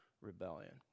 rebellion